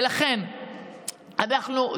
לכן אנחנו,